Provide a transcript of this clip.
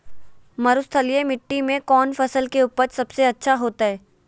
मरुस्थलीय मिट्टी मैं कौन फसल के उपज सबसे अच्छा होतय?